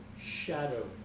shadow